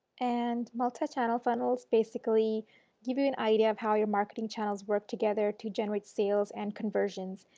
and multi-channel funnel is basically give you an idea of how your marketing channels work together to generate sales and conversions.